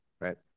right